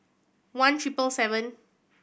one triple seven